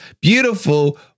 beautiful